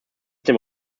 dem